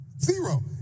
Zero